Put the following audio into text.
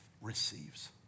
receives